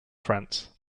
france